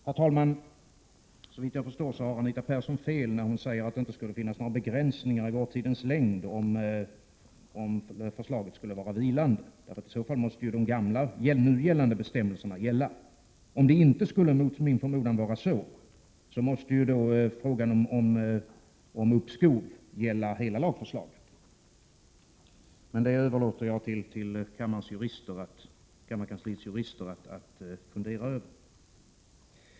Herr talman! Såvitt jag förstår har Anita Persson fel när hon säger att det inte skulle finnas några begränsningar när det gäller vårdtidens längd om förslaget skulle vara vilande, för i så fall måste ju de nuvarande bestämmelserna gälla. Om det mot min förmodan inte skulle vara så, måste frågan om uppskov gälla hela lagförslaget. Men det överlåter jag till kammarkansliets jurister att fundera över.